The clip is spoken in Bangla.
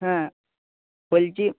হ্যাঁ বলছি